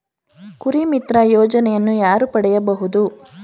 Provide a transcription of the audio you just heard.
ಕುರಿಮಿತ್ರ ಯೋಜನೆಯನ್ನು ಯಾರು ಪಡೆಯಬಹುದು?